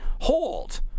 hold